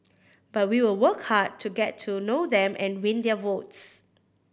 but we will work hard to get to know them and win their votes